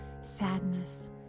sadness